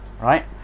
right